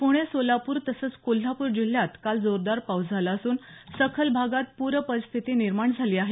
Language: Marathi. पुणे सोलापूर तसंच कोल्हापूर जिल्ह्यात काल जोरदार पाऊस झाला असून सखल भागात पूरपरिस्थीती निर्माण झाली आहे